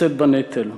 לשאת בנטל.